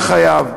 או כל חייו: